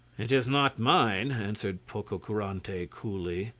it is not mine, answered pococurante coolly.